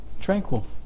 tranquil